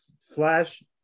flash